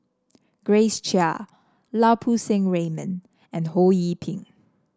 Grace Chia Lau Poo Seng Raymond and Ho Yee Ping